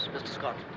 mr. scott.